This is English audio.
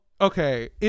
okay